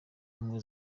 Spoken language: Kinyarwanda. ubumwe